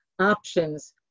options